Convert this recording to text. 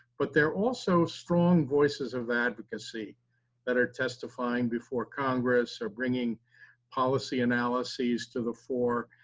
but they're also strong voices of advocacy that are testifying before congress, or bringing policy analyses to the floor.